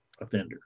offender